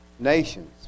Nations